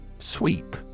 Sweep